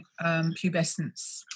pubescence